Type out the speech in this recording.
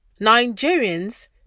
Nigerians